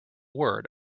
word